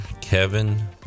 Kevin